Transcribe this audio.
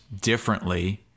differently